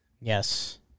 Yes